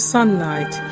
Sunlight